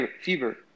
fever